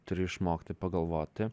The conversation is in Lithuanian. turi išmokti pagalvoti